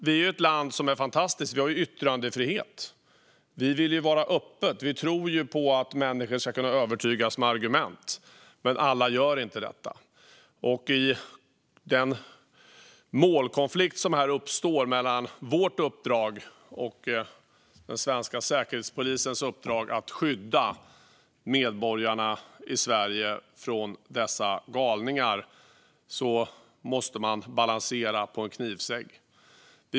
Vi är ett fantastiskt land. Vi har yttrandefrihet och vill vara ett öppet land. Vi tror på att människor ska kunna övertygas med argument. Men det går inte alltid. I den målkonflikt som uppstår mellan vårt uppdrag och den svenska Säkerhetspolisens uppdrag att skydda medborgarna i Sverige mot dessa galningar måste man balansera på en knivsegg.